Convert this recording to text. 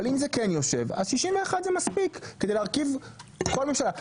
אבל אם זה כן יושב אז 61 זה מספיק כדי להרכיב כל ממשלה,